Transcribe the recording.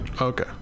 okay